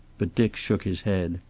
but dick shook his head.